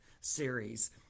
series